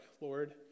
Lord